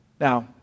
Now